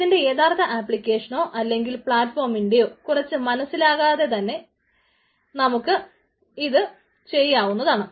ഇതിന്റെ യഥാർത്ഥ ആപ്ലിക്കേഷനോ അല്ലെങ്കിൽ പ്ളാറ്റ്ഫോമിനേയോ കുറിച്ച് മനസ്സിലാക്കാതെ തന്നെ നമുക്ക് ഇത് ചെയ്യാവുന്നതാണ്